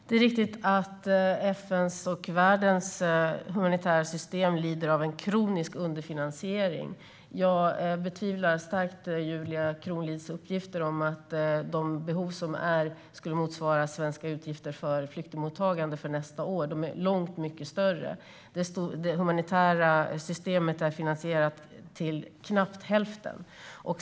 Herr talman! Det är riktigt att FN:s och världens humanitära system lider av en kronisk underfinansiering. Jag betvivlar starkt Julia Kronlids uppgifter om att de behov som finns skulle motsvara svenska utgifter för flyktingmottagande nästa år. De är långt mycket större. Det humanitära systemet är finansierat till knappt hälften.